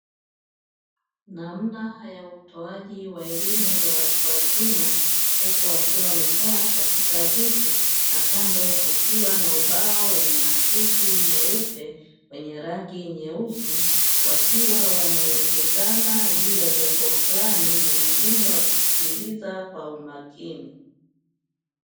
Namna ya utoaji wa elimu ya watu wazima huku wakiwa wamekaa katika viti na kando kukiwa na ubao wenye maandishi meupe wenye rangi nyeusi wakiwa wanaelekezana juu ya jambo fulani na wengine wakisikiliza kwa umakini.